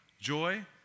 joy